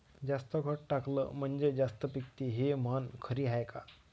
जास्त खत टाकलं म्हनजे जास्त पिकते हे म्हन खरी हाये का?